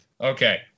okay